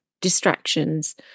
distractions